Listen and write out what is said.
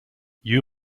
you